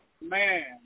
Man